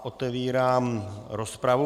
Otevírám rozpravu.